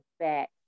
back